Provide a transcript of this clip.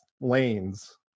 lanes